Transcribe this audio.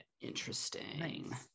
interesting